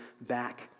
back